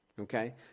Okay